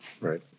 Right